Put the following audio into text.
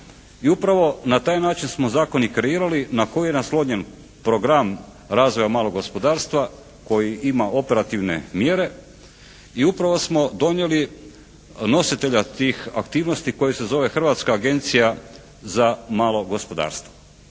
upravo na taj način smo zakon i kreirali na koji je naslonjen Program razvoja malog gospodarstva koji ima operativne mjere i upravo smo donijeli nositelja tih aktivnosti koji se zove Hrvatska agencija za malo gospodarstvo.